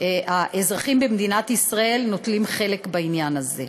האזרחים במדינת ישראל נוטלים חלק בעניין הזה.